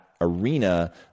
arena